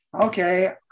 Okay